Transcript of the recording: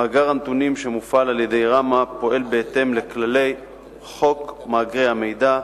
מאגר הנתונים שמופעל על-ידי רמ"ה פועל בהתאם לכללי חוק מאגרי המידע.